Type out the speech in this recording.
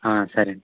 సరే